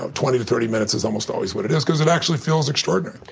ah twenty to thirty minutes is almost always what it is because it actually feels extraordinary.